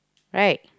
right